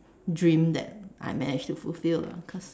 dream that I managed to fulfil lah cause